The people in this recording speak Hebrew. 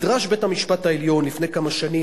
בית-המשפט העליון נדרש לפני כמה שנים,